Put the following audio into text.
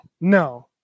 No